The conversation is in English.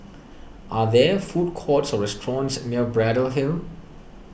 are there food courts or restaurants near Braddell Hill